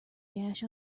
gash